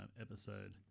episode